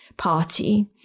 party